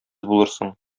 булырсың